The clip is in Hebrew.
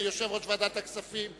אני מאוד מודה ליושב-ראש ועדת הכספים,